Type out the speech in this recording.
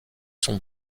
sont